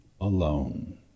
alone